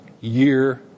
year